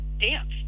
dance